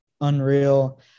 unreal